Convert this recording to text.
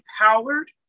empowered